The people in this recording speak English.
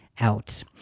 out